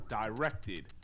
directed